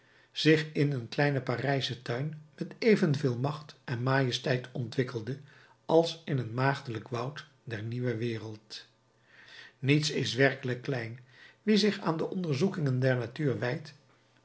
zich in een kleinen parijschen tuin met even veel macht en majesteit ontwikkelde als in een maagdelijk woud der nieuwe wereld niets is werkelijk klein wie zich aan de onderzoekingen der natuur wijdt